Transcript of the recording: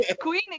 Queen